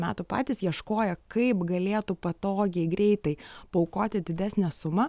metų patys ieškoję kaip galėtų patogiai greitai paaukoti didesnę sumą